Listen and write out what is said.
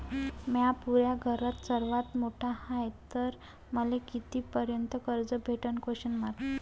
म्या पुऱ्या घरात सर्वांत मोठा हाय तर मले किती पर्यंत कर्ज भेटन?